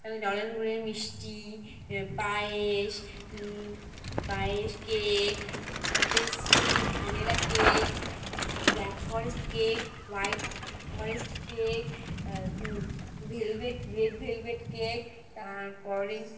ললেন গুঁড়ের মিষ্টি পায়েস পায়েস cake pastry vanilla cake black forest cake white forest cake velvet red velvet cake তারপরে